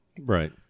Right